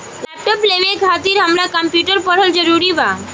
Laptop लेवे खातिर हमरा कम्प्युटर पढ़ल जरूरी बा?